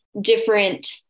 different